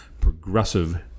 progressive